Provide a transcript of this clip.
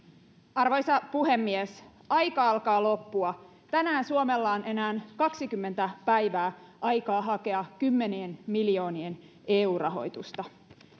arvoisa puhemies aika alkaa loppua tänään suomella on enää kaksikymmentä päivää aikaa hakea kymmenien miljoonien eu rahoitusta